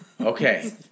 Okay